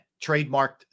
trademarked